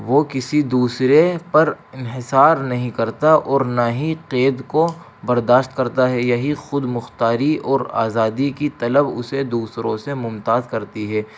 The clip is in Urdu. وہ کسی دوسرے پر انحصار نہیں کرتا اور نہ ہی قید کو برداشت کرتا ہے یہی خود مختاری اور آزادی کی طلب اسے دوسروں سے ممتاز کرتی ہے